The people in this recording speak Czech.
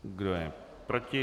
Kdo je proti?